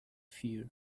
fear